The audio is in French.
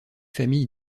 familles